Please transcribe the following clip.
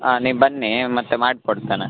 ಹಾಂ ನೀವು ಬನ್ನಿ ಮತ್ತು ಮಾಡಿಕೊಡ್ತೇನೆ